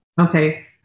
Okay